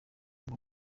ngo